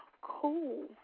Cool